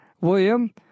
William